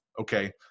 okay